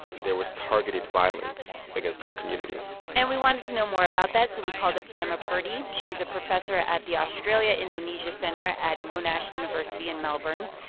there was targeted violence against their community and we wanted to know more about that, so we called up jemma purdey. she's a professor at the australia-indonesia centre at monash university in melbourne.